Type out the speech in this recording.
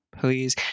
please